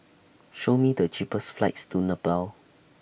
Show Me The cheapest flights to Nepal